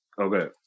Okay